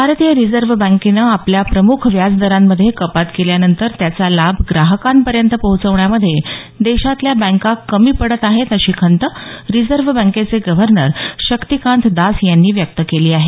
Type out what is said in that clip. भारतीय रिझर्व्ह बँकेनं आपल्या प्रमुख व्याजदारांमधे कपात केल्यानंतर त्याचा लाभ ग्राहकांपर्यंत पोहोचवण्यामधे देशातल्या बँका कमी पडत आहेत अशी खंत रिझर्व्ह बँकेचे गव्हर्नर शक्तिकांत दास यांनी व्यक्त केली आहे